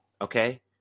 Okay